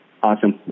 Awesome